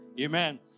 Amen